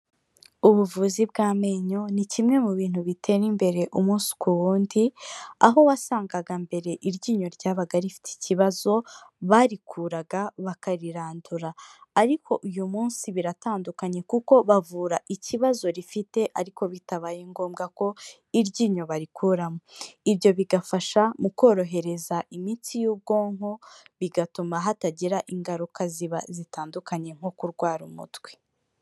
Ubuvuzi bw'amenyo ni kimwe mu bintu bitera imbere umunsi ku wundi, aho wasangaga mbere iryinyo ryabaga rifite ikibazo barikuraga bakarirandura, ariko uyu munsi biratandukanye kuko bavura ikibazo rifite ariko bitabaye ngombwa ko iryinyo barikuramo. Ibyo bigafasha mu korohereza imitsi y'ubwonko, bigatuma hatagira ingaruka ziba zitandukanye nko kurwara umutwe.